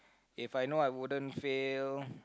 if I know I wouldn't fail